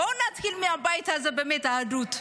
בואו נתחיל מהבית הזה באמת באחדות.